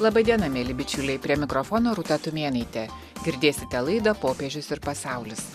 laba diena mieli bičiuliai prie mikrofono rūta tumėnaitė girdėsite laidą popiežius ir pasaulis